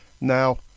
Now